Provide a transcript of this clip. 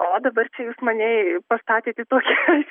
o dabar čia jūs mane pastatėt į tokią